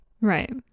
right